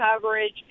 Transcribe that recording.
coverage